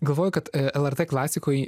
galvoju kad lrt klasikoj